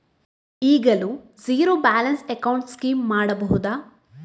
ಈಗಲೂ zero balance account scheme ಮಾಡಬಹುದಾ?